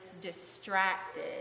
distracted